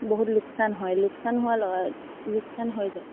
বহুত লোকচান হয় লোকচান হোৱা লোকচান হৈ যায়